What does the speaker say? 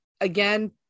Again